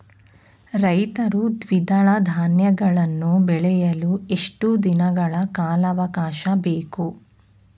ರೈತರು ದ್ವಿದಳ ಧಾನ್ಯಗಳನ್ನು ಬೆಳೆಯಲು ಎಷ್ಟು ದಿನಗಳ ಕಾಲಾವಾಕಾಶ ಬೇಕು?